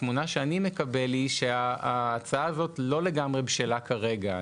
התמונה שאני מקבל היא שההצעה הזאת לא לגמרי בשלה כרגע.